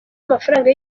amafaranga